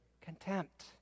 Contempt